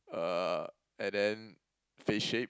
uh and then face shape